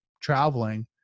traveling